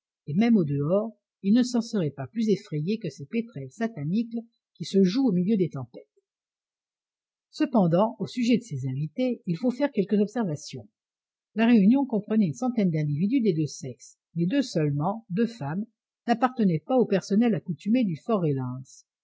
et même au dehors ils ne s'en seraient pas plus effrayés que ces pètrelssatanicles qui se jouent au milieu des tempêtes cependant au sujet de ces invités il faut faire quelques observations la réunion comprenait une centaine d'individus des deux sexes mais deux seulement deux femmes n'appartenaient pas au personnel accoutumé du